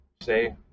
say